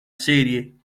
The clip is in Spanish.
serie